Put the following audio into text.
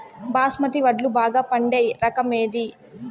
బాస్మతి వడ్లు బాగా పండే రకం ఏది